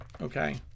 okay